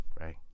right